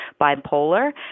bipolar